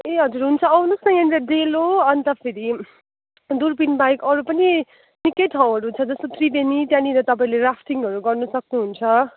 ए हजुर हुन्छ आउनुहोस् न यहाँनिर डेलो अन्त फेरि दुर्पिन बाहेक अरू पनि निकै ठाउँहरू छ जस्तो त्रिवेणी त्यहाँनिर तपाईँले राफ्टिङहरू गर्न सक्नुहुन्छ